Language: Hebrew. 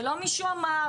זה לא מישהו אמר,